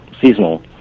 seasonal